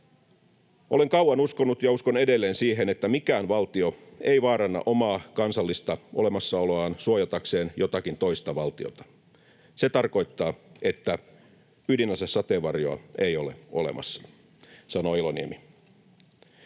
”Olen kauan uskonut ja uskon edelleen siihen, että mikään valtio ei vaaranna omaa kansallista olemassaoloaan suojatakseen jotakin toista valtiota. Se tarkoittaa, että ydinasesateenvarjoa ei ole olemassa.” Näin sanoi Iloniemi.